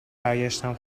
برگشتم